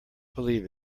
believe